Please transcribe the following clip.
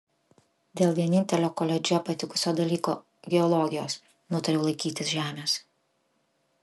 dėl vienintelio koledže patikusio dalyko geologijos nutariau laikytis žemės